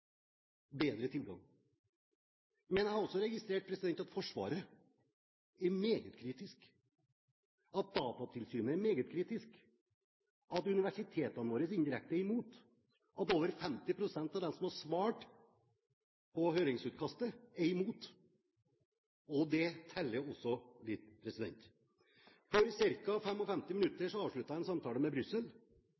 Men jeg har også registrert at Forsvaret er meget kritisk, at Datatilsynet er meget kritisk, at universitetene våre indirekte er imot og at over 50 pst. av dem som har svart på høringsutkastet, er imot. Det teller også litt. For ca. 55 minutter